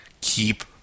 Keep